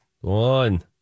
One